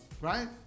Right